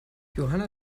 johanna